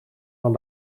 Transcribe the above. van